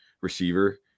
receiver